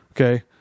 Okay